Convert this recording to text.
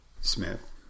Smith